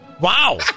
Wow